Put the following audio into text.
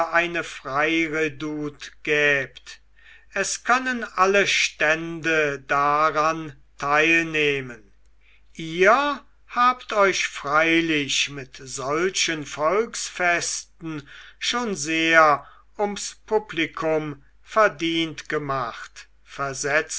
eine freiredoute gäbt es können alle stände daran teilnehmen ihr habt euch freilich mit solchen volksfesten schon sehr ums publikum verdient gemacht versetzte